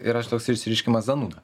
yra toks išsireiškimas zanuda